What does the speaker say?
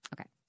Okay